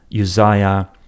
Uzziah